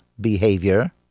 behavior